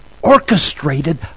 orchestrated